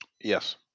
yes